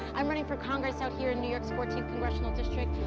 i'm running for congress out here in new york's fourteenth congressional district.